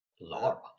Laura